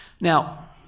Now